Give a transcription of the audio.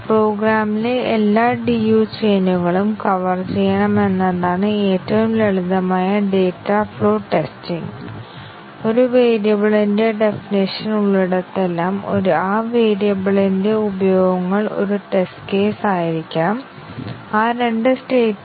ഇവിടെ ഞങ്ങൾ ഗ്രാഫ് നോക്കുകയും മൊത്തം ബൌണ്ടഡ് ഏരിയകളുടെ എണ്ണം എത്രയാണെന്നും എത്ര ബൌണ്ടഡ് ഏരിയകൾ ആണ് ഉള്ളതെന്ന് പ്ലസ് വൺ സൈക്ലോമാറ്റിക് മെട്രിക് നൽകുകയും ബൌണ്ടഡ് ഏരിയയുടെ ഡെഫിനീഷൻ നോഡുകളും എഡ്ജ്കളും കൊണ്ട് ക്രമത്തിൽ ചുറ്റപ്പെട്ട ഒരു ഏരിയ ആണ് ഈ സംഖ്യ e n 2 ഉപയോഗിച്ച് കണക്കാക്കിയ നമ്പറുമായി കൃത്യമായി പൊരുത്തപ്പെടണം